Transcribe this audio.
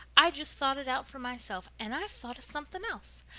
i just thought it out for myself. and i've thought of something else.